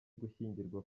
gushyingirwa